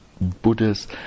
Buddhas